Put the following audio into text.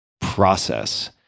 process